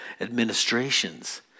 administrations